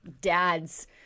dad's